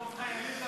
לחטוף חיילים?